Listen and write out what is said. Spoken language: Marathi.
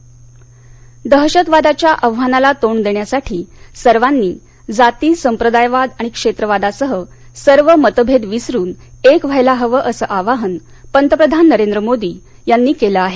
मन की बात दहशतवादाच्या आव्हानाला तोंड देण्यासाठी सर्वांनी जाती संप्रदायवाद आणि क्षेत्रवादासह सर्व मतभेद विसरून एक व्हायला हवं असं आवाहन पंतप्रधान नरेंद्र मोदी यांनी केलं आहे